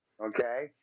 Okay